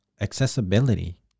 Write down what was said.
accessibility